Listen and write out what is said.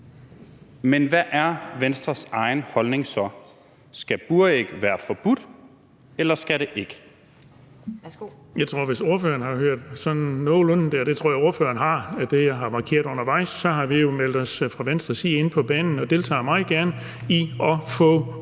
Men hvad er Venstres egen holdning så? Skal buræg være forbudt, eller skal de ikke?